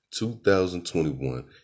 2021